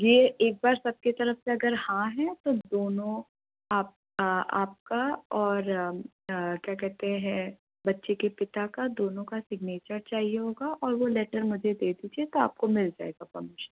ये एक बार सब के तरफ से अगर हाँ है तो दोनों आप आपका और क्या कहते हैं बच्चे के पिता का दोनों का सिग्नेचर चाहिए होगा और वो लेटर मुझे दे दीजिए तो आपको मिल जाएगा परमीशन